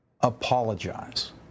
Apologize